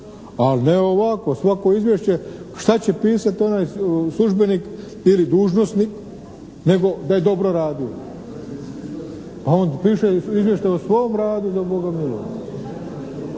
al' ne ovako. Svako izvješće šta će pisat onaj službenik ili dužnosnik, nego da je dobro radio. Pa on piše izvješće o svom radu za Boga milog.